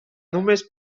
només